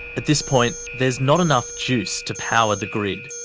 at this point, there's not enough juice to power the grid.